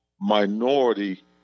minority